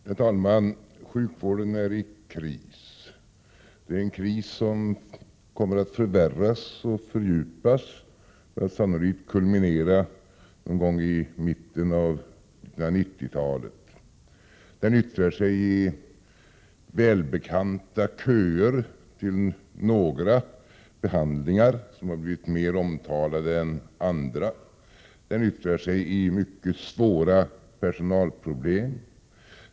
Herr talman! Sjukvården är i kris! Det är en kris som kommer att förvärras och fördjupas och sannolikt kulminera i mitten av 1990-talet. Den yttrar sig i köer, bl.a. till några typer av behandlingar som har blivit mer omtalade än andra. Den yttrar sig i mycket svåra personalproblem.